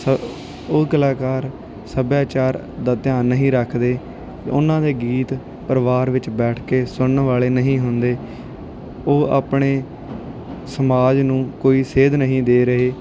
ਸ ਉਹ ਕਲਾਕਾਰ ਸੱਭਿਆਚਾਰ ਦਾ ਧਿਆਨ ਨਹੀਂ ਰੱਖਦੇ ਉਹਨਾਂ ਦੇ ਗੀਤ ਪਰਿਵਾਰ ਵਿੱਚ ਬੈਠ ਕੇ ਸੁਣਨ ਵਾਲੇ ਨਹੀਂ ਹੁੰਦੇ ਉਹ ਆਪਣੇ ਸਮਾਜ ਨੂੰ ਕੋਈ ਸੇਧ ਨਹੀਂ ਦੇ ਰਹੇ